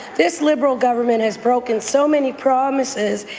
this liberal government has broken so many promises,